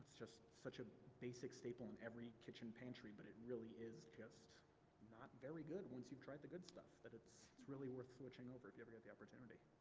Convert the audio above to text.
just such a basic staple in every kitchen pantry but it really is just not very good once you've tried the good stuff, but it's it's really worth switching over if you ever get the opportunity.